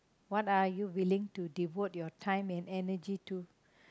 what are you willing to devote your time and energy to